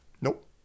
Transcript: Nope